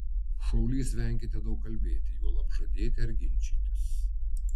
šaulys venkite daug kalbėti juolab žadėti ar ginčytis